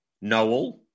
Noel